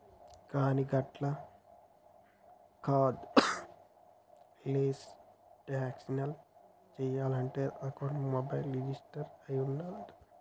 కానీ గట్ల cardless transaction చేయాలంటే అకౌంట్ మొబైల్ రిజిస్టర్ అయి ఉండాలంట